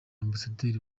ambasaderi